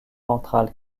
ventrale